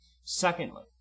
Secondly